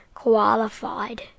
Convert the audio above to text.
qualified